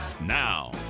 Now